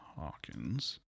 Hawkins